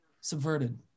subverted